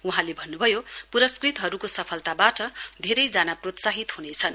वहाँले भन्नुभयो पुरस्कृतहरूको सफलताबाट धेरै जना प्रोत्साहित हुनेछन्